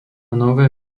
nové